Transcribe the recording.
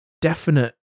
definite